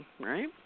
right